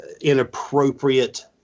inappropriate